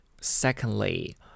Secondly